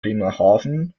bremerhaven